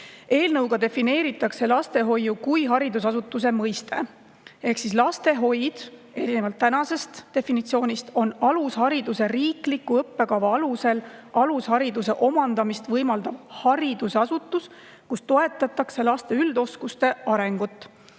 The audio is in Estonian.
Eelnõuga defineeritakse lastehoiu kui haridusasutuse mõiste. Ehk siis lastehoid erinevalt tänasest definitsioonist on alushariduse riikliku õppekava alusel alushariduse omandamist võimaldav haridusasutus, kus toetatakse laste üldoskuste arengut.